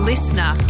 Listener